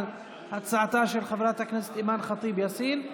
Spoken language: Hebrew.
על הצעתה של חברת הכנסת אימאן ח'טיב יאסין: